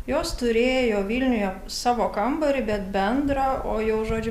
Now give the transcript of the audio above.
jos turėjo vilniuje savo kambarį bet bendrą o jau žodžiu